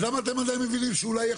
אז למה אתם עדיין מבינים שאולי יכול?